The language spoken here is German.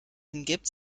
hingibt